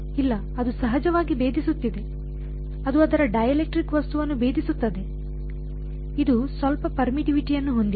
ಇಲ್ಲ ಅದು ಸಹಜವಾಗಿ ಭೇದಿಸುತ್ತಿದೆ ಅದು ಅದರ ಡೈಎಲೆಕ್ಟ್ರಿಕ್ ವಸ್ತುವನ್ನು ಭೇದಿಸುತ್ತದೆ ಇದು ಸ್ವಲ್ಪ ಪರ್ಮಿಟಿವಿಟಿಯನ್ನು ಹೊಂದಿದೆ